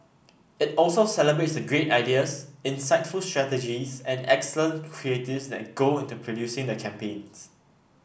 it also celebrates the great ideas insightful strategies and excellent creatives that go into producing the campaigns